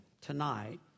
Tonight